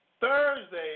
Thursday